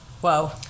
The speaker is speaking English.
whoa